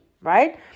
Right